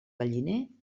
galliner